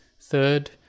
Third